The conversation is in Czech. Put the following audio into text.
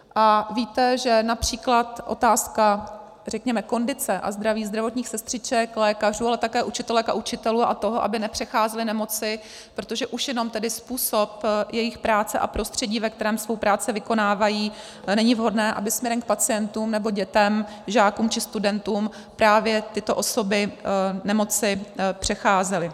A víte, že například otázka, řekněme, kondice a zdraví zdravotních sestřiček, lékařů, ale také učitelek a učitelů a toho, aby nepřecházeli nemoci, protože už jenom tedy způsob jejich práce a prostředí, ve kterém svou práci vykonávají, není vhodné, aby směrem, k pacientům nebe dětem, žákům či studentům právě tyto osoby nemoci přecházely.